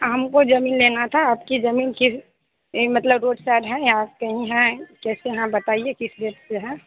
हमको ज़मीन लेनी था आपकी ज़मीन किस मतलब उस साइड है आपके यहीं है कैसे हैं बताइए किस रेट पर है